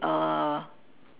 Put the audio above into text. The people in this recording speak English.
uh